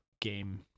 game